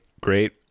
great